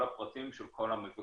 כל הפרטים של כל המבקרים,